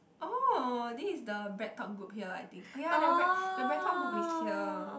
oh this is the Bread-Talk-Group here I think oh ya the bread the Bread-Talk-Group is here